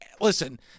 Listen